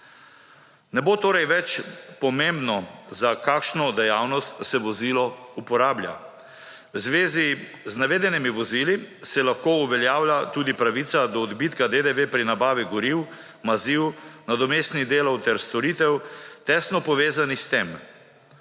Ne bo torej več pomembno za kakšno dejavnost se vozilo uporablja. V zvezi z navedenimi vozili se lahko uveljavlja tudi pravica do odbitka DDV pri nabavi goriv, maziv, nadomestnih delov ter storitev tesno povezanih s tem.